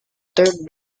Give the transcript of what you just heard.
turn